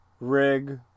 rig